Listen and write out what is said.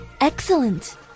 Excellent